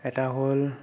এটা হ'ল